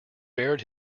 bared